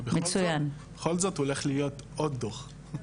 בכל זאת הולך להיות עוד דוח.